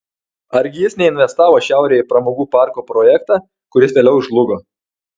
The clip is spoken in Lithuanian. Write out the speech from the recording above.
argi jis neinvestavo šiaurėje į pramogų parko projektą kuris vėliau žlugo